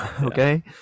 okay